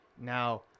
now